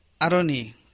aroni